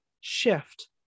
shift